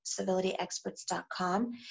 CivilityExperts.com